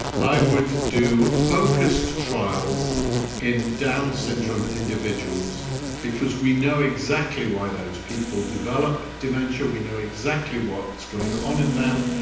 i would do focused trials in down syndrome individuals because we know exactly why those people develop dementia, we know exactly what's going on in them,